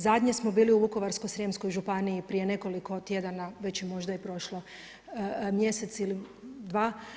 Zadnje smo bili u Vukovarsko-srijemskoj županiji prije nekoliko tjedana već je možda i prošlo mjesec ili dva.